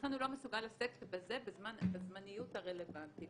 ולכן הוא לא מסוגל לשאת בזה בזמניות הרלוונטית.